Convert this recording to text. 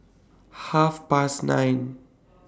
Half Past nine